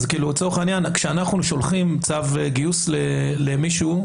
לצורך העניין, כשאנחנו שולחים צו גיוס למישהו,